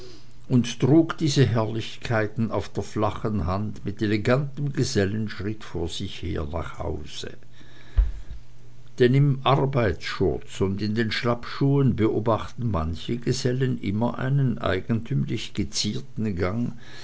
und trug diese herrlichkeiten auf der flachen hand mit elegantem gesellenschritt vor sich her nach hause denn im arbeitsschurz und in den schlappschuhen beobachten manche gesellen immer einen eigentümlich gezierten gang